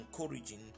encouraging